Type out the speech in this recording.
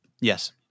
Yes